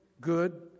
good